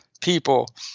people